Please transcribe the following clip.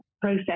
process